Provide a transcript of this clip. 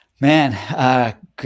Man